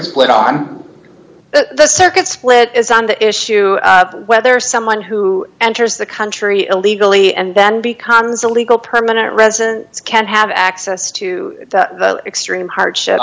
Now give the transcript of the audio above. split on the circuit split is on the issue of whether someone who enters the country illegally and then becomes a legal permanent resident can have access to extreme hardshi